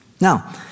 Now